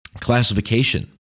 classification